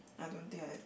I don't think I